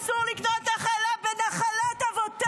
אסור לקנות נחלה בנחלת אבותיו.